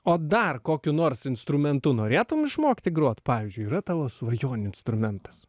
o dar kokiu nors instrumentu norėtum išmokti grot pavyzdžiui yra tavo svajonių instrumentas